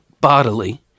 bodily